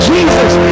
Jesus